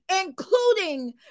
including